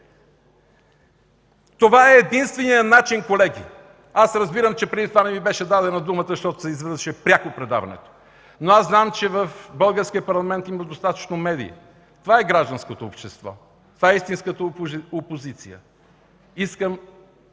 Това е единственият начин, колеги! Разбирам, че преди това не ми беше дадена думата, защото предаването се излъчваше пряко, но аз знам, че в Българския парламент има достатъчно медии. Това е гражданското общество, това е истинската опозиция. Искам